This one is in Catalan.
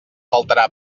faltarà